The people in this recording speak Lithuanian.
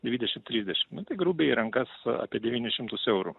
dvidešim trisdešim nu tai grubiai į rankas apie devynis šimtus eurų